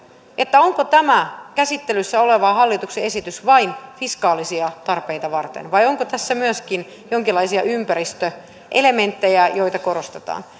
siitä onko tämä käsittelyssä oleva hallituksen esitys vain fiskaalisia tarpeita varten vai onko tässä myöskin jonkinlaisia ympäristöelementtejä joita korostetaan